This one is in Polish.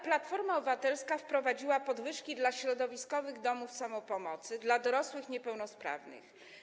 Platforma Obywatelska wprowadziła podwyżki dla środowiskowych domów samopomocy dla dorosłych niepełnosprawnych.